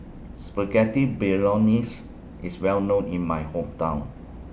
Spaghetti Bolognese IS Well known in My Hometown